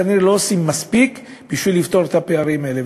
הם כנראה לא עושים מספיק בשביל לפתור את הפערים האלה.